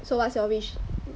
so what's your wish